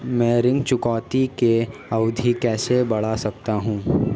मैं ऋण चुकौती की अवधि कैसे बढ़ा सकता हूं?